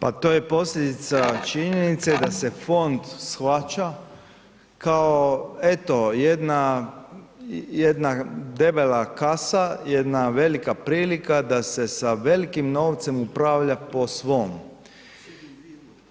Pa to je posljedica činjenice da se fond shvaća kao eto jedna, jedna debela kasa, jedna velika prilika da se sa velikim novcem upravlja po svom,